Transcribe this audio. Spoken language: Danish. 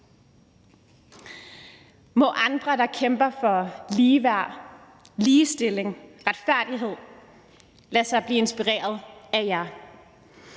Må andre, der kæmper for ligeværd, ligestilling, retfærdighed, lade sig inspirere af jer.